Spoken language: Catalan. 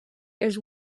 els